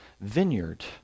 vineyard